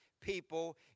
people